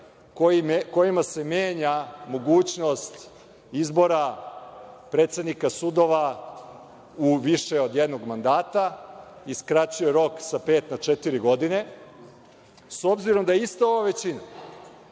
kojima se menja mogućnost izbora predsednika sudova u više od jednog mandata i skraćuje rok sa pet na četiri godine.S obzirom da je ista ova većina